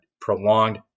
prolonged